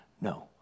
No